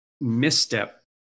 misstep